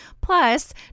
Plus